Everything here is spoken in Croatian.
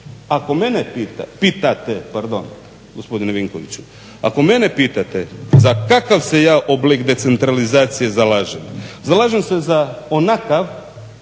Ako mene pita, pitate, pardon gospodine Vinkoviću, ako mene pitate za kakav se ja oblik decentralizacije zalažem, zalažem se za onakav